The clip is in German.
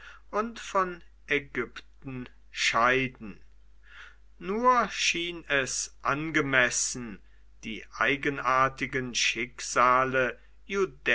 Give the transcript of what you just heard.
und von ägypten scheiden nur schien es angemessen die eigenartigen schicksale